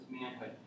manhood